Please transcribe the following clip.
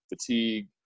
fatigue